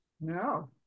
no